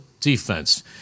defense